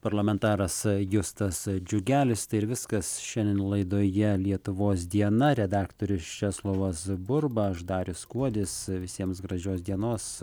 parlamentaras justas džiugelis tai ir viskas šiandien laidoje lietuvos diena redaktorius česlovas burba aš darius kuodis visiems gražios dienos